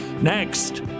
Next